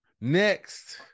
Next